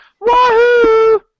Wahoo